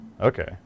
Okay